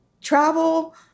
travel